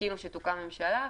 חיכינו שתוקם ממשלה,